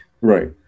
Right